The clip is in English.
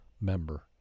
member